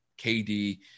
KD